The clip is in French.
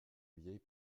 vieilles